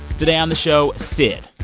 today on the show, syd,